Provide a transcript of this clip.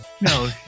no